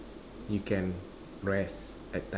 you can rest at times